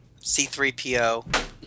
C3PO